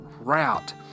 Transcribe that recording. route